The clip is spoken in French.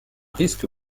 risque